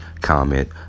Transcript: comment